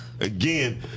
Again